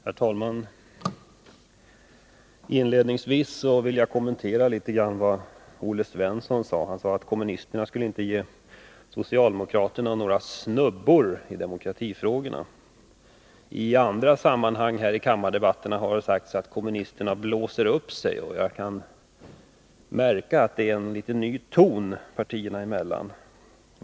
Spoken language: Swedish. Herr talman! Inledningsvis vill jag något kommentera vad Olle Svensson anförde. Han sade att kommunisterna inte skulle ge socialdemokraterna några snubbor i demokratifrågorna. I andra sammanhang här i kammardebatterna har det sagts att kommunisterna blåser upp sig. Jag kan märka att det nu är en litet ny ton partierna emellan.